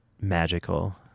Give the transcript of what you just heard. magical